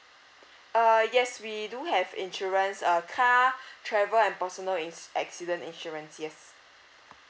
uh yes we do have insurance uh car travel and personal ins~ accident insurance yes